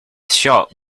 shut